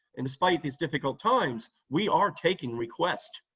and despite these difficult times, we are taking requests,